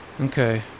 Okay